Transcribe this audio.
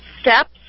steps